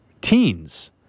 teens